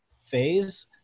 phase